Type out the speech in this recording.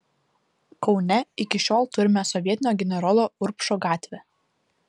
kaune iki šiol turime sovietinio generolo urbšo gatvę